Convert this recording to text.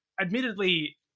admittedly